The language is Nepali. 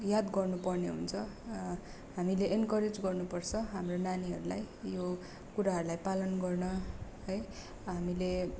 याद गर्नु पर्ने हुन्छ हामीले इनकरेज गर्नु पर्छ हाम्रो नानीहरलाई यो कुराहरलाई पालन गर्न है हामीले